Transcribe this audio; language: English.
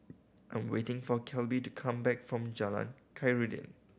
I'm waiting for Kelby to come back from Jalan Khairuddin